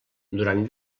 durant